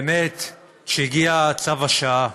באמת הגיע, צו השעה.